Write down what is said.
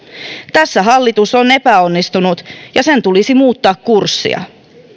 tässä hallitus on epäonnistunut ja sen tulisi muuttaa kurssia